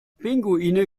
pinguine